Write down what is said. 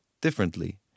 differently